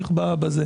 (מקרין שקף, שכותרתו: הגדרת הבעיה.)